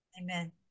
Amen